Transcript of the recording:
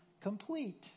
complete